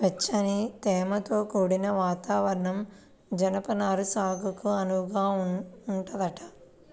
వెచ్చని, తేమతో కూడిన వాతావరణం జనపనార సాగుకు అనువుగా ఉంటదంట